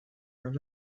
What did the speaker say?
are